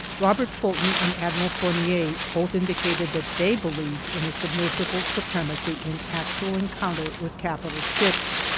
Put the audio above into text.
robert fulton and admiral fournier both indicated that they believed in the submersible's supremacy in actual encounter with capital ships.